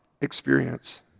experience